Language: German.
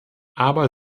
aber